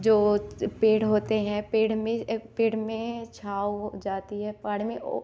जो पेड़ होते हैं पेड़ में पेड़ में छाव जाती है छाव में